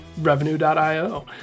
Revenue.io